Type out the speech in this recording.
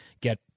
get